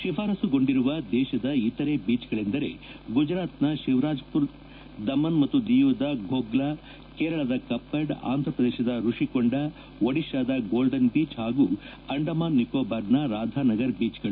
ಶಿಫಾರಸ್ಸುಗೊಂಡಿರುವ ದೇಶದ ಇತರ ಬೀಚ್ಗಳೆಂದರೆ ಗುಜರಾತ್ನ ಶಿವ್ರಾಜಪುರ್ ದಮನ್ ಮತ್ತು ದಿಯುದ ಘೋಫ್ಲಾ ಕೇರಳದ ಕಪ್ಪಡ್ ಅಂಧ್ರ ಪ್ರದೇಶದ ಋಷಿಕೊಂಡ ಓಡಿಶಾದ ಗೋಲ್ಡನ್ ಬೀಚ್ ಹಾಗೂ ಅಂಡಮಾನ್ ನೀಕೋಬಾರ್ನ ರಾಧಾನಗರ್ ಬೀಚ್ಗಳು